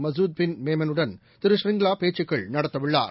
மசூத் பின் மேமெனுடன் திரு ஷிரிங்லாபேச்சுக்கள் நடத்தவுள்ளார்